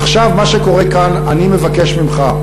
עכשיו, מה שקורה כאן, אני מבקש ממך,